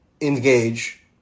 engage